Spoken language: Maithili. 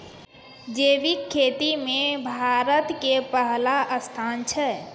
जैविक खेती मे भारतो के पहिला स्थान छै